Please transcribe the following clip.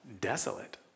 desolate